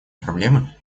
проблемы